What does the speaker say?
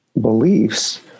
beliefs